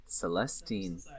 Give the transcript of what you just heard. Celestine